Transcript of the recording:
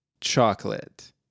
chocolate